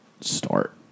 start